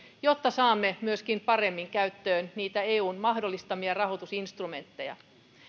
jotta saamme myöskin paremmin käyttöön eun mahdollistamia rahoitusinstrumentteja